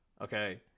okay